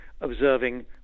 observing